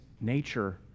nature